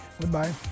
Goodbye